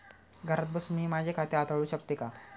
घरात बसून मी माझे खाते हाताळू शकते का?